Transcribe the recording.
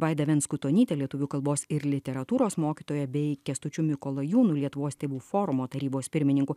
vaida venskutonytė lietuvių kalbos ir literatūros mokytoja bei kęstučiu mikolajūnu lietuvos tėvų forumo tarybos pirmininku